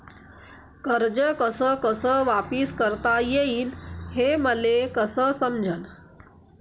कर्ज कस कस वापिस करता येईन, हे मले कस समजनं?